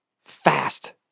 Fast